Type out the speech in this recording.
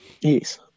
Yes